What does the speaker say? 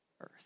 earth